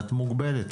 ואת מוגבלת,